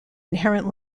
inherent